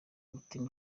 umutima